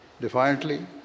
defiantly